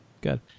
good